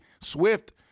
Swift